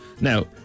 Now